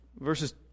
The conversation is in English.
verses